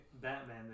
Batman